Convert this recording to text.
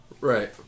Right